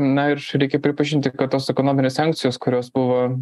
na ir reikia pripažinti kad tos ekonominės sankcijos kurios buvo